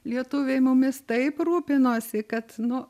lietuviai mumis taip rūpinosi kad nu